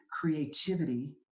creativity